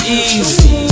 easy